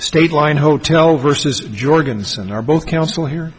stateline hotel versus jorgenson are both counsel here